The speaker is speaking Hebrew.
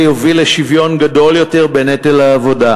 יביא לשוויון גדול יותר בנטל העבודה.